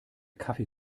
kaffee